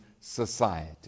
society